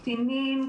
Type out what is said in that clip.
קטינים,